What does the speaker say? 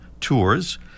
tours